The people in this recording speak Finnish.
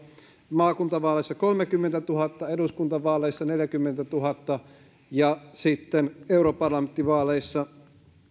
maakuntavaaleissa kolmekymmentätuhatta eduskuntavaaleissa neljäkymmentätuhatta ja sitten europarlamenttivaaleissa